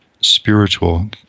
spiritual